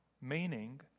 meaning